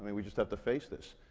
i mean we just have to face this.